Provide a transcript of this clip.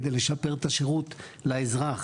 כדי לשפר את השירות לאזרח.